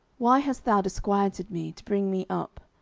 why hast thou disquieted me, to bring me up?